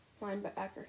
linebacker